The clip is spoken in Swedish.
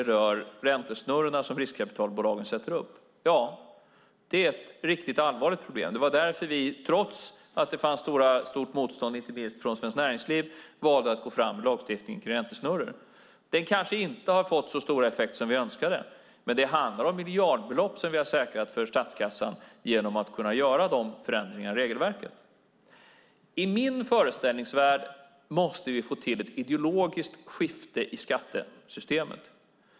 Räntesnurrorna som riskkapitalbolagen sätter upp är ett riktigt allvarligt problem. Det var därför vi, trots att det fanns stort motstånd inte minst från Svenskt Näringsliv, valde att gå fram med lagstiftning mot räntesnurror. Det kanske inte har fått så stor effekt som vi önskade, men det handlar om miljardbelopp som vi har säkrat för statskassan genom att kunna göra de förändringarna i regelverket. I min föreställningsvärld måste vi få till ett ideologiskt skifte i skattesystemet.